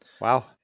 Wow